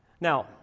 Now